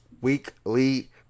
weekly